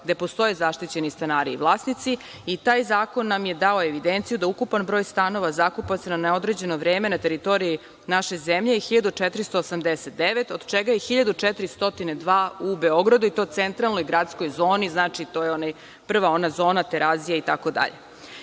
gde postoje zaštićeni stanari i vlasnici i taj zakon nam je dao evidenciju da ukupan broj stanova zakupaca na neodređeno vreme na teritoriji naše zemlje je 1.489, od čega je 1.402 u Beogradu, i to centralnoj gradskoj zoni, znači, ona prva zona, Terazije itd. Naš